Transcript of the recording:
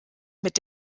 mit